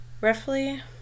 Roughly